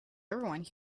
everyone